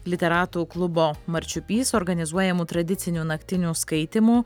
literatų klubo marčiupys organizuojamų tradicinių naktinių skaitymų